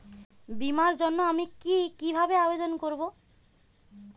বিমার জন্য আমি কি কিভাবে আবেদন করব?